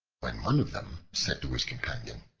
when one of them said to his companion,